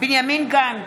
בנימין גנץ,